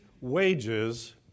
wages